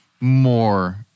more